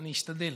אני אשתדל.